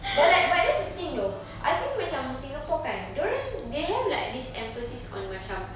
but like but that's the thing though I think macam singapore kan dia orang they have like this emphasis on macam